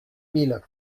mille